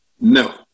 No